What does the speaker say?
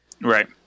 right